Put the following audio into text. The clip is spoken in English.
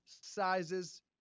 sizes